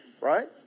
right